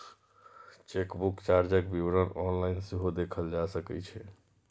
chequebook चार्जक विवरण online सेहो देखल जा सकै छै